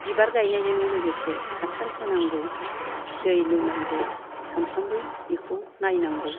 बिबार गायनायजों लोगोसे हासार होनांगौ दै लुनांगौ सानफ्रामबो बेखौ नायनांगौ